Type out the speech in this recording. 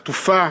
עטופה,